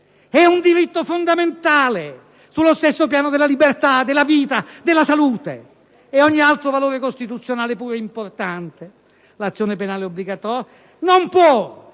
È un diritto fondamentale, sullo stesso piano della libertà, della vita, della salute; ogni altro valore costituzionale (tra cui l'esercizio dell'azione penale obbligatoria) non può,